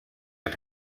and